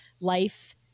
life